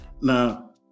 Now